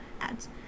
ads